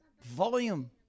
volume